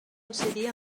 decidir